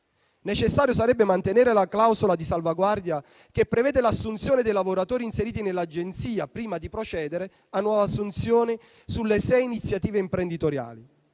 necessario mantenere la clausola di salvaguardia che prevede l'assunzione dei lavoratori inseriti nell'agenzia prima di procedere a nuove assunzioni sulle sei iniziative imprenditoriali.